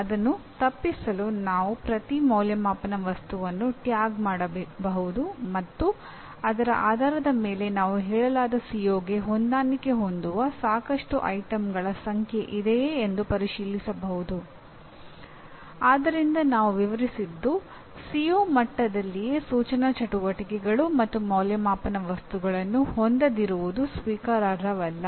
ಅದನ್ನು ತಪ್ಪಿಸಲು ನಾವು ಪ್ರತಿ ಅಂದಾಜುವಿಕೆಯ ವಸ್ತುವನ್ನು ಟ್ಯಾಗ್ ಮಾಡಬಹುದು ಮತ್ತು ಅದರ ಆಧಾರದ ಮೇಲೆ ನಾವು ಹೇಳಲಾದ COಗೆ ಹೊಂದಾಣಿಕೆ ಹೊಂದುವ ಸಾಕಷ್ಟು ವಸ್ತುಗಳ ಸಂಖ್ಯೆ ಇದೆಯೇ ಎಂದು ಪರಿಶೀಲಿಸಬಹುದು ಆದ್ದರಿಂದ ನಾವು ವಿವರಿಸಿದ್ದು CO ಮಟ್ಟದಲ್ಲಿಯೇ ಸೂಚನಾ ಚಟುವಟಿಕೆಗಳು ಮತ್ತು ಅಂದಾಜುವಿಕೆಯ ವಸ್ತುಗಳನ್ನು ಹೊಂದದಿರುವುದು ಸ್ವೀಕಾರಾರ್ಹವಲ್ಲ